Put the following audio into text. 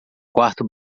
quarto